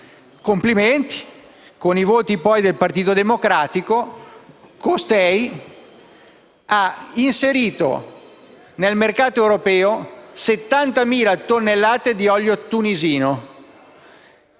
Complimenti. Con i voti poi del Partito Democratico, costei ha inserito nel mercato europeo 70.000 tonnellate di olio tunisino.